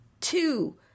two